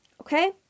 okay